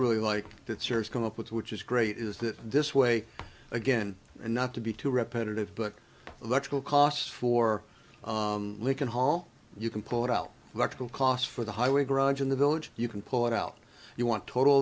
really like that service come up with which is great is that this way again and not to be too repetitive but electrical costs for lincoln hall you can pull it out of article cost for the highway garage in the village you can pull it out you want total